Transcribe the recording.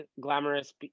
glamorous